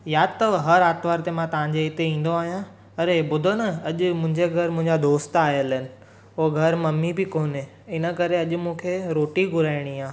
यादि अथव हर आरतवार ते मां तव्हांजे हिते ई ईंदो आहियां अड़े ॿुधो न अॼु मुंहिंजे घरु मुंहिंजा दोस्त आयलु आहिनि हो घरु मम्मी बि कोन्हे इन करे अॼु मूंखे रोटी घुराइणी आहे